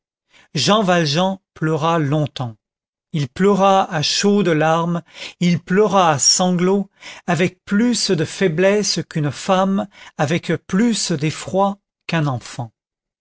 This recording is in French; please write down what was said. jean valjean pleura longtemps il pleura à chaudes larmes il pleura à sanglots avec plus de faiblesse qu'une femme avec plus d'effroi qu'un enfant